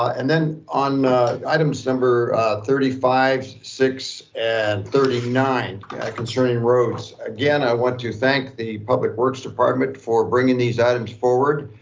ah and then on items number thirty five, six and thirty nine concerning roads, again, i want to thank the public works department for bringing these items forward.